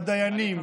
הדיינים,